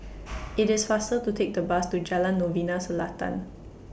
IT IS faster to Take The Bus to Jalan Novena Selatan